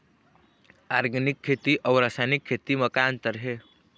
Organic खेती अउ रासायनिक खेती म का अंतर हे?